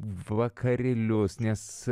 vakarėlius nes